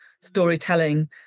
storytelling